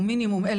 אני מתביישת בזה.